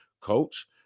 coach